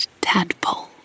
tadpole